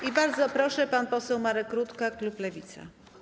I bardzo proszę, pan poseł Marek Rutka, klub Lewica.